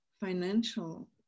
financial